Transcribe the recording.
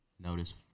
notice